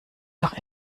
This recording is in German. doch